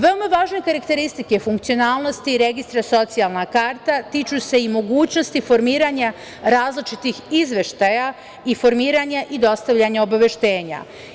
Veoma važne karakteristike funkcionalnosti i registra Socijalna karta tiču se i mogućnosti formiranja različitih izveštaja i formiranja i dostavljanja obaveštenja.